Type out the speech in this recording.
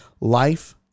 life